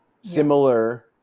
similar